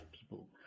people